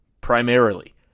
primarily